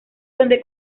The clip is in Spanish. donde